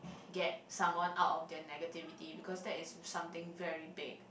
get someone out of their negativity because that is something very big